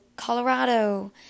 Colorado